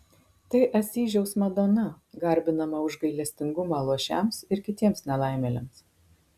tai asyžiaus madona garbinama už gailestingumą luošiams ir kitiems nelaimėliams